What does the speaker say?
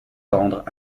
tendres